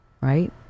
right